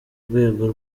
rwego